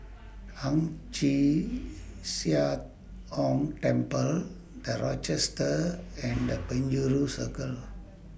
Ang Chee Sia Ong Temple The Rochester and The Penjuru Circle